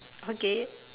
okay